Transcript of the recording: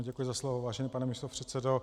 Děkuji za slovo, vážený pane místopředsedo.